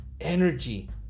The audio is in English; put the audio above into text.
energy